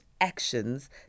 actions